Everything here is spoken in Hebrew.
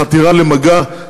החתירה למגע,